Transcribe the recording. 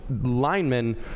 linemen